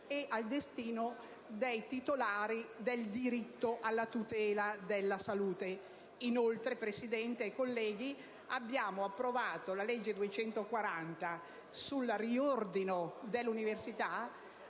lauree e dei titolari del diritto alla tutela della salute. Inoltre, Presidente e colleghi, nel 2010 abbiamo approvato la legge n. 240 sul riordino dell'università.